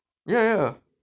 ya ya